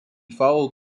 followed